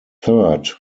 third